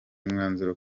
umwanzuro